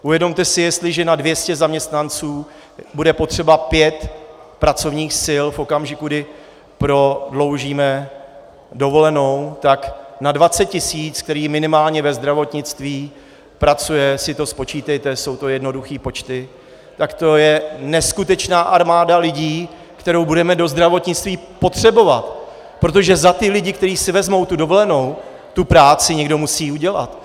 Uvědomte si, jestliže na 200 zaměstnanců bude potřeba 5 pracovních sil v okamžiku, kdy prodloužíme dovolenou, tak na 20 tisíc, kteří minimálně ve zdravotnictví pracují, si to spočítejte, jsou to jednoduché počty, tak to je neskutečná armáda lidí, kterou budeme do zdravotnictví potřebovat, protože za ty lidi, kteří si vezmou dovolenou, tu práci někdo musí udělat.